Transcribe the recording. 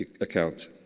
account